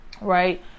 right